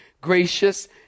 gracious